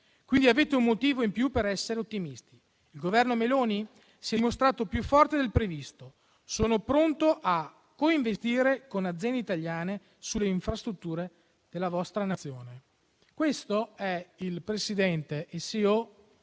quindi avete un motivo in più per essere ottimisti. Il Governo Meloni? Si è dimostrato più forte del previsto. Sono pronto a co-investire con aziende italiane sulle infrastrutture della vostra Nazione.